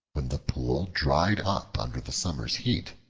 when the pool dried up under the summer's heat,